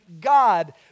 God